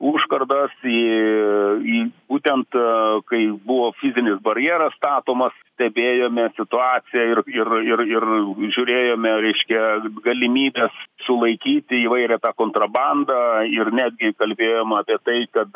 užkardas į į būtent kai buvo fizinis barjeras statomas stebėjome situaciją ir ir ir ir žiūrėjome reiškia galimybes sulaikyti įvairią kontrabandą ir netgi kalbėjom apie tai kad